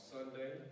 Sunday